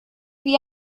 wie